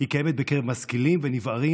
היא קיימת בקרב משכילים ונבערים,